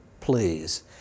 Please